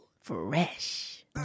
Fresh